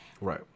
right